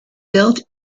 built